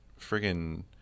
friggin